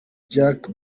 jack